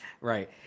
right